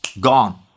gone